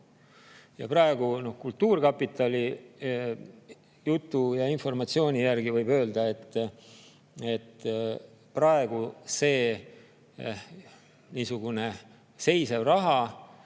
makstud. Kultuurkapitali jutu ja informatsiooni järgi võib öelda, et praegu on see niisugune seisev raha